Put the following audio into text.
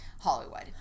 Hollywood